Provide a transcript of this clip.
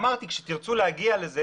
כשתרצו להגיע לזה